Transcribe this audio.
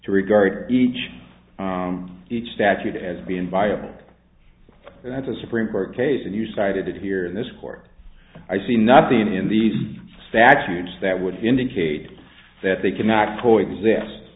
to regard each each statute as being viable and as a supreme court case and you cited it here in this court i see nothing in these statutes that would indicate that they cannot co exist